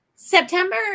September